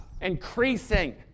increasing